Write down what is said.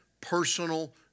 personal